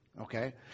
okay